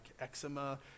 eczema